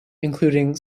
including